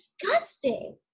disgusting